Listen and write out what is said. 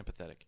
empathetic